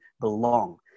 belong